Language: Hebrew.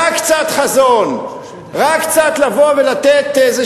רק קצת חזון, רק קצת לבוא ולתת איזו